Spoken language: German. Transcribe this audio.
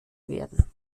werden